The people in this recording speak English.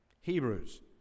Hebrews